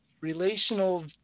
relational